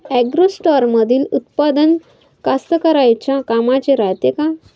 ॲग्रोस्टारमंदील उत्पादन कास्तकाराइच्या कामाचे रायते का?